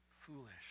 foolish